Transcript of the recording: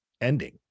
ending